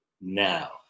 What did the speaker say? now